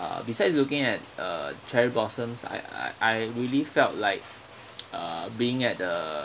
besides looking at uh cherry blossoms I I I really felt like uh being at a